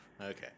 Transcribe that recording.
Okay